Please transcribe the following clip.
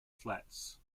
flats